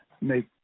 make